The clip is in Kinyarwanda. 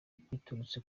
biturutse